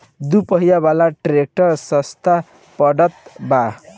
दू पहिया वाला ट्रैक्टर सस्ता पड़त बा